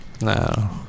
No